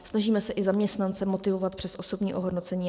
Snažíme se i zaměstnance motivovat přes osobní ohodnocení atd.